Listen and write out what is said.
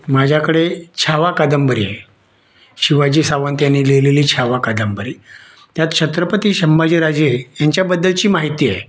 माझ्याकडे छावा कादंबरी आहे शिवाजी सावंत यांनी लिहिलेली छावा कादंबरी त्यात छत्रपती संभाजी राजे यांच्याबद्दलची माहिती आहे